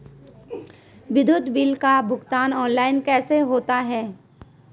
विद्युत बिल का भुगतान ऑनलाइन कैसे होता है?